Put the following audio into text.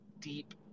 deep